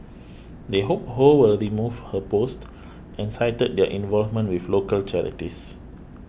they hope Ho will remove her post and cited their involvement with local charities